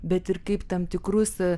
bet ir kaip tam tikrus